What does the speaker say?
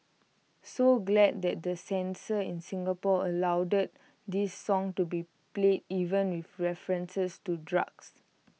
so glad the censors in Singapore allowed this song to be played even with references to drugs